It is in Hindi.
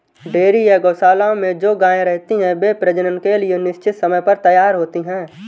डेयरी या गोशालाओं में जो गायें रहती हैं, वे प्रजनन के लिए निश्चित समय पर तैयार होती हैं